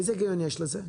איזה היגיון יש לזה?